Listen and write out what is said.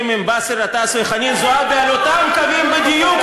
עם באסל גטאס וחנין זועבי על אותם קווים בדיוק,